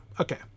okay